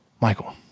Michael